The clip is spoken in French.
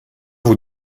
vous